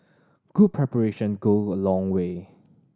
good preparation go a long way